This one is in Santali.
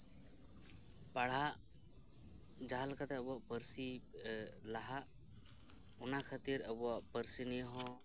ᱯᱟᱲᱦᱟᱜ ᱡᱟᱦᱟᱸ ᱞᱮᱠᱟᱛᱮ ᱟᱵᱚᱣᱟᱜ ᱯᱟᱹᱨᱥᱤ ᱞᱟᱦᱟᱜ ᱚᱱᱟ ᱠᱷᱟᱹᱛᱤᱨ ᱟᱵᱚᱣᱟᱜ ᱯᱟᱹᱥᱤ ᱱᱤᱭᱮ ᱦᱚᱸ